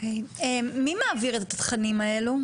מי מעביר את התכנים האלה,